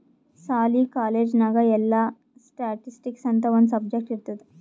ಸಾಲಿ, ಕಾಲೇಜ್ ನಾಗ್ ಎಲ್ಲಾ ಸ್ಟ್ಯಾಟಿಸ್ಟಿಕ್ಸ್ ಅಂತ್ ಒಂದ್ ಸಬ್ಜೆಕ್ಟ್ ಇರ್ತುದ್